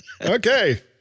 Okay